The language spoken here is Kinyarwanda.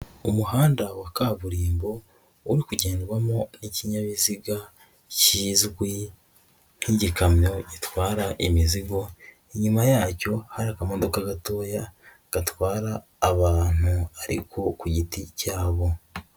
Umuhanda wa kaburimbo uri kugendwamo n'ikinyabiziga kizwi nk'igikamyo gitwara imizigo, inyuma yacyo hari akamodoka gatoya, gatwara abantu ariko ku giti cyabo.